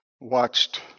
watched